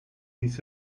these